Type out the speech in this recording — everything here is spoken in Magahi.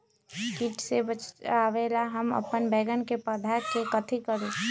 किट से बचावला हम अपन बैंगन के पौधा के कथी करू?